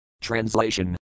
Translation